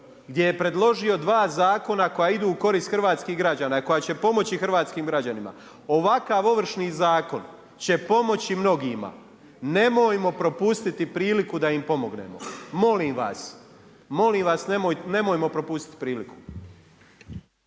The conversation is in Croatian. gdje je predložio dva zakona koja idu u korist hrvatskih građana i koja će pomoći hrvatskim građanima, ovakav Ovršni zakon će pomoći mnogima. Nemojmo propustiti priliku da im pomognemo, molim vas. Molim vas, nemojmo propustiti priliku.